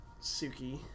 Suki